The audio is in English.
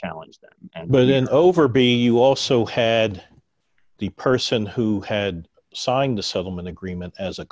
challenge but then over being you also head the person who had signed the settlement agreement as a